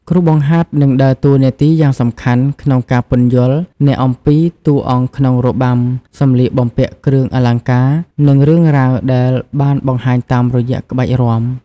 គ្រូបង្ហាត់នឹងដើរតួនាទីយ៉ាងសំខាន់ក្នុងការពន្យល់អ្នកអំពី តួអង្គក្នុងរបាំ សម្លៀកបំពាក់ គ្រឿងអលង្ការ និងរឿងរ៉ាវដែលបានបង្ហាញតាមរយៈក្បាច់រាំ។